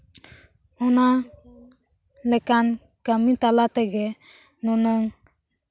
ᱚᱱᱟ ᱞᱮᱠᱟᱱ ᱠᱟ ᱢᱤ ᱛᱟᱞᱟ ᱛᱮᱜᱮ ᱱᱩᱱᱟᱹᱝ